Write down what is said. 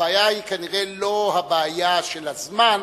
הבעיה היא כנראה לא הבעיה של הזמן,